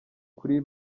kuri